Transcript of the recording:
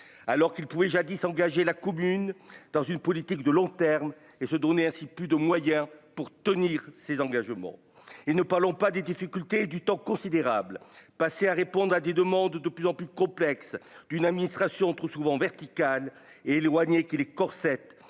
alors qu'il pouvait jadis engager la commune dans une politique de long terme et se donner ainsi plus de moyens pour tenir ses engagements et ne parlons pas des difficultés du temps considérable, passer à répondre à des demandes de plus en plus complexe, d'une administration entre souvent vertical éloigné qui les Corses